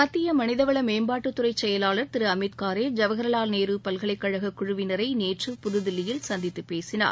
மத்திய மனிதவள மேம்பாட்டுத் துறை செயலாளர் திரு அமித்காரே ஜவஹர்வால் நேரு பல்கலைக்கழக குழுவினரை நேற்று புதுதில்லியில் சந்தித்துப் பேசினார்